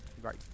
Right